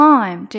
Time